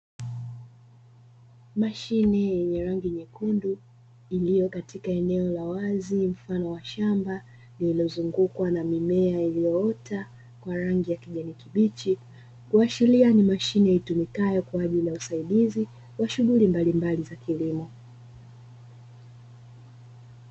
Mashine yenye rangi nyekundu iliyo katika eneo la wazi mfano wa shamba, lililozungukwa na mimea iliyoota kwa rangi ya kijani kibichi, kuashiria ni mashine itumikayo kwa ajili ya usaidizi wa shughuli mbalimbali za kilimo.